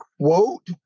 quote